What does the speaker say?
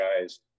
guys